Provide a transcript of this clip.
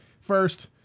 first